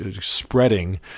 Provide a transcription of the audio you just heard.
spreading